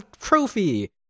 trophy